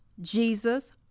Jesus